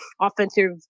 offensive